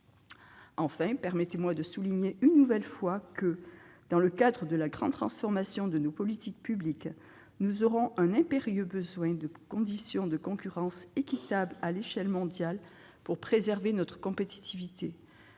siècle. Je le souligne une nouvelle fois, dans le cadre de la grande transformation de nos politiques publiques, nous aurons un impérieux besoin de conditions de concurrence équitables à l'échelle mondiale pour préserver notre compétitivité.